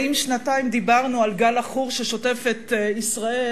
הרי אם שנתיים דיברנו על גל עכור ששוטף את ישראל,